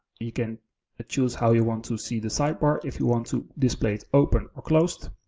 you can ah choose how you want to see the sidebar. if you want to display it open or closed.